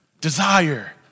desire